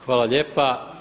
Hvala lijepa.